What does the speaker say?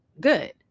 good